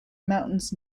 mountains